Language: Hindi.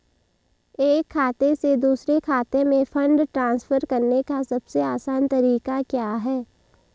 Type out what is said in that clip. एक खाते से दूसरे खाते में फंड ट्रांसफर करने का सबसे आसान तरीका क्या है?